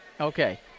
Okay